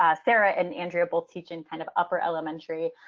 ah sarah and andrea both teach in kind of upper elementary.